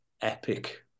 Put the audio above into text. epic